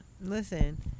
Listen